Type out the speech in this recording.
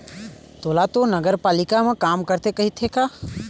तोला तो नगरपालिका म काम करथे कहिथे का?